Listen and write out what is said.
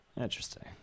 interesting